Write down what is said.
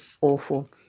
Awful